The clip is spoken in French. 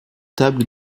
table